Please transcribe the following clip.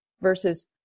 versus